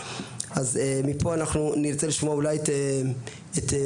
אז מפה אנחנו נרצה לשמוע אולי את אנשי